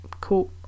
Cool